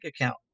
account